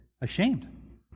ashamed